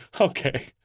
Okay